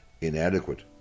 inadequate